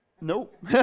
Nope